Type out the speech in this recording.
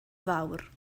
fawr